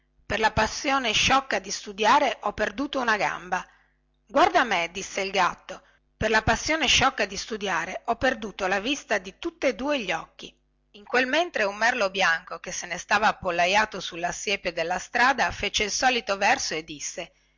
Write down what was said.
per la passione sciocca di studiare ho perduto una gamba guarda me disse il gatto per la passione sciocca di studiare ho perduto la vista di tutti e due gli occhi in quel mentre un merlo bianco che se ne stava appollaiato sulla siepe della strada fece il solito verso e disse